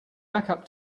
backup